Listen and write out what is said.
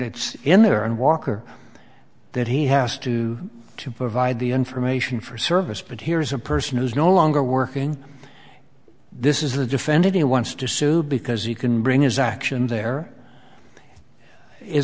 it's in there and walker that he has to to provide the information for service but here's a person who's no longer working this is a defended he wants to sue because he can bring his action there is